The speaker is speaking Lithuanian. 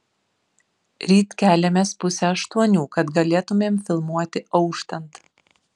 ryt keliamės pusę aštuonių kad galėtumėm filmuoti auštant